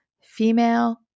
female